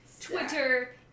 Twitter